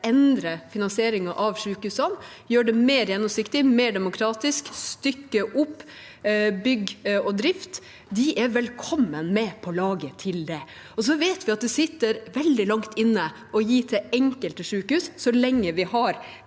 endre finansieringen av sykehusene – gjøre den mer gjennomsiktig, mer demokratisk, stykke opp bygg og drift – er velkommen med på laget til det. Vi vet at det sitter veldig langt inne å gi til enkelte sykehus så lenge vi har